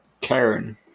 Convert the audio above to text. Karen